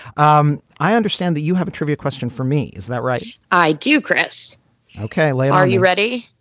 um i understand that you have a trivia question for me is that right i do. chris ok. like are you ready.